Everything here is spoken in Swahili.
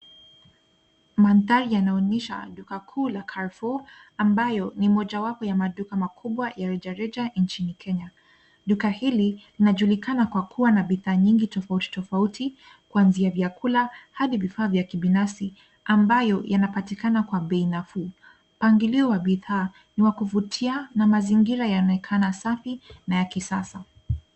Mandhari yanaonyesha duka kuu la Carrefour ambayo ni mojawapo ya maduka makubwa ya rejareja nchini Kenya. Duka hili linajulikana kwa kuwa na bidhaa nyingi tofauti tofauti kuanzia vyakula, hadi vifaa vya kibinafsi, ambayo yanapatikana kwa bei nafuu. Mpangilio wa bidhaa ni wa kuvutia na mazingira yanaonekana safi na ya kisasa.